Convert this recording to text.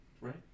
Right